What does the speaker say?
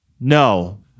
No